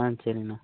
ஆ சரிங்கண்ணா